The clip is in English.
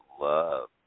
love